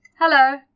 Hello